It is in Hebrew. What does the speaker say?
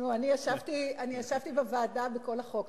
ישבתי בוועדה בכל הכנת החוק,